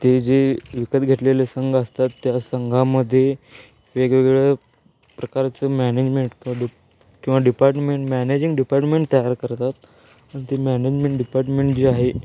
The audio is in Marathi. ते जे विकत घेतलेले संघ असतात त्या संघामध्ये वेगवेगळ्या प्रकारचं मॅनेजमेंट किंवा किंवा डिपार्टमेंट मॅनेजिंग डिपार्टमेंट तयार करतात अन ती मॅनेजमेंट डिपार्टमेंट जी आहे